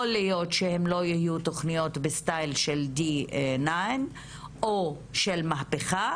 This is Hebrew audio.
יכול להיות שהם לא יהיו תוכניות בסטייל של דיניין או של מהפכה,